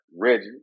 Reggie